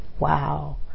wow